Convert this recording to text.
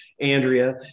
Andrea